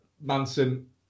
Manson